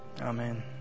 Amen